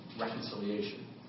reconciliation